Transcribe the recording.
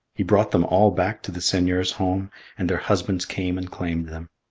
he brought them all back to the seigneur's home and their husbands came and claimed them.